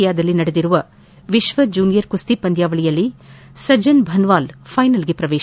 ಸ್ಲೋವಾಕಿಯಾದಲ್ಲಿ ನಡೆದಿರುವ ವಿಶ್ವ ಜೂನಿಯರ್ ಕುಸ್ತಿ ಪಂದ್ಲಾವಳಿಯಲ್ಲಿ ಸಜನ್ ಭನ್ನಾಲ್ ಫೈನಲ್ ಪ್ರವೇತ